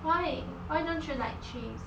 why why don't you like cheese